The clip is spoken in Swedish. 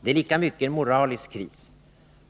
Det är lika mycket en moralisk kris,